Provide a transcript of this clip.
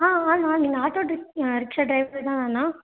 ஆ ஆ ணா நீங்கள் ஆட்டோ டிரிக் ரிக்ஷா டிரைவர் தானே அண்ணா